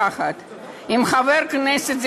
יחד עם חבר הכנסת יורי שטרן,